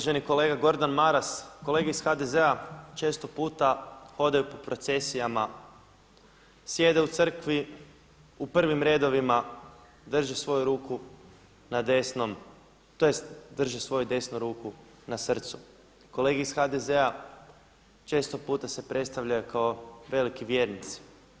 Uvaženi kolega Gordan Maras, kolege iz HDZ-a često puta hodaju po procesijama, sjede u crkvi u prvim redovima, drže svoju ruku na desnom, tj. drže svoju desnu ruku na srcu, kolege iz HDZ-a često puta se predstavljaju kao veliki vjernici.